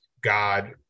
God